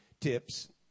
Tips